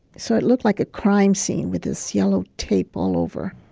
so it looked like a crime scene with this yellow tape all over.